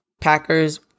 Packers